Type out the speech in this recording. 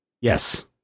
Yes